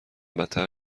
بدتر